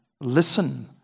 listen